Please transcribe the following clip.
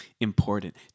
Important